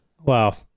Wow